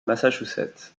massachusetts